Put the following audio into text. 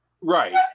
Right